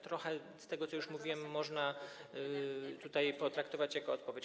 Trochę z tego, co już mówiłem, można potraktować jako odpowiedź.